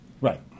right